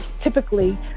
typically